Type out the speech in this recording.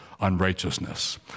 unrighteousness